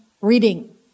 reading